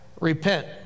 Repent